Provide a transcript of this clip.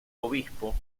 obispo